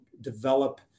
develop